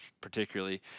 particularly